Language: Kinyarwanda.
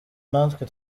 natwe